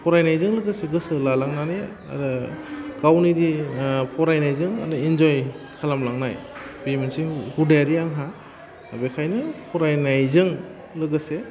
फरायनायजों लोगोसे गोसो लालांनानै आरो गावनिजि फरायनायजों इन्जय खालामलांनाय बे मोनसे हुदायारि आंहा बेखायनो फरायनायजों लोगोसे